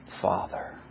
Father